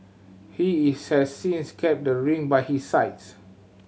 he is has since kept the ring by his sides